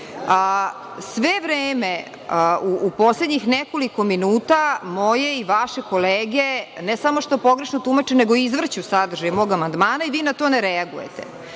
vreme, u poslednjih nekoliko minuta, moje i vaše kolege, ne samo da pogrešno tumače, nego i izvrću sadržaj mog amandmana, i vi na to ne reagujete.